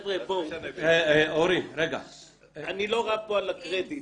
אני לא רב פה על הקרדיט.